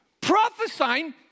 prophesying